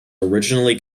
originally